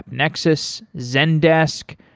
nexus, zendesk,